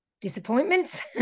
Disappointments